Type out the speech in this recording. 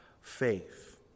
faith